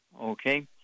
Okay